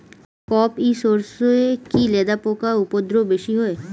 কোপ ই সরষে কি লেদা পোকার উপদ্রব বেশি হয়?